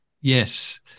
yes